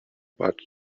but